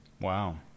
Wow